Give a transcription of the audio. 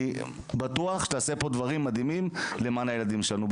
בטוח שתעשה פה דברים מדהימים למען הילדים שלנו,